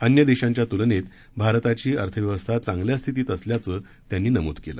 अन्य देशांच्या तूलनेत भारताची अर्थव्यवस्था चांगल्या स्थितीत असल्याचं दास यांनी नम्द केलं